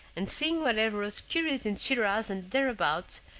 and seeing whatever was curious in schiraz and thereabouts,